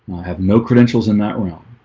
have no credentials in that realm